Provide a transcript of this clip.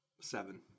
Seven